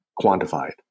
quantified